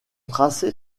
tracé